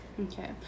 okay